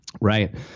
Right